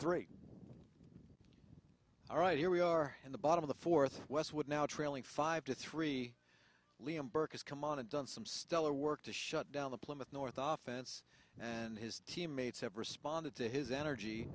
three all right here we are in the bottom of the fourth westwood now trailing five to three liam burke has come on and done some stellar work to shut down the plymouth north office and his teammates have responded to his energy